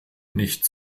nicht